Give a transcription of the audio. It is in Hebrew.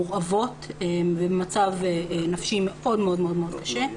מורעבות ובמצב נפשי מאוד קשה.